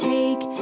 Take